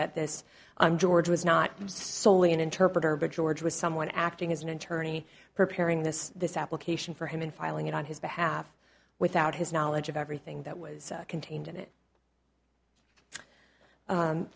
that this on george was not solely an interpreter but george was someone acting as an attorney preparing this this application for him and filing it on his behalf without his knowledge of everything that was contained in it